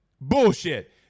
bullshit